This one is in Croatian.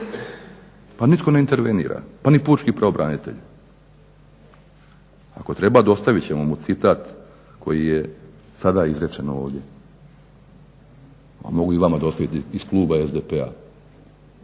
Pa nitko ne intervenira pa ni pučki pravobranitelj. Ako treba dostavit ćemo mu citat koji je sada izrečen ovdje, a mogu i vama dostaviti iz kluba SDP-a.